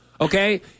okay